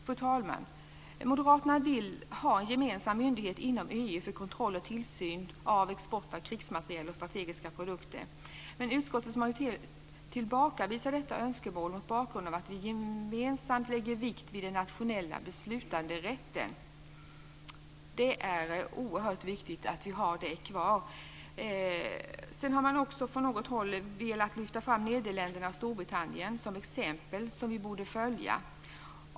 Fru talman, moderaterna vill ha en gemensam myndighet inom EU för kontroll och tillsyn av export av krigsmateriel och strategiska produkter. Utskottets majoritet tillbakavisar detta önskemål mot bakgrund av att vi gemensamt lägger vikt vid den nationella beslutanderätten. Det är oerhört viktigt att vi har den kvar. Sedan har man också från något håll velat lyfta fram Nederländerna och Storbritannien som exempel som vi borde följa.